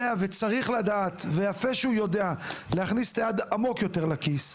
וצריך לדעת להכניס את היד עמוק יותר לכיס.